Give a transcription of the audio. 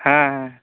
ᱦᱮᱸ